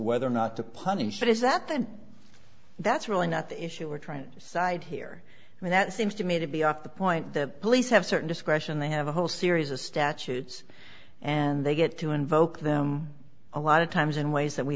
whether or not to punish it is that then that's really not the issue we're trying to decide here and that seems to me to be off the point the police have certain discretion they have a whole series of statutes and they get to invoke them a lot of times in ways that we